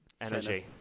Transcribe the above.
energy